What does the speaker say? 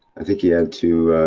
i think he had to.